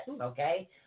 Okay